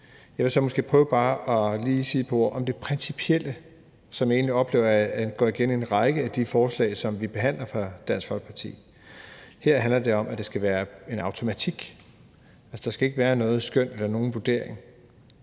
Jeg vil prøve at sige et par ord om det principielle, som jeg egentlig oplever går igen i en række af de forslag, som vi behandler, og som kommer fra Dansk Folkeparti. Her handler det om, at der skal være en automatik. Der skal ikke være noget skøn eller nogen vurdering.